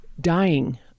dying